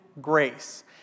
Grace